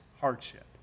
hardship